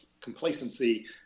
complacency